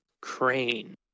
Crane